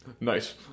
Nice